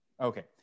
Okay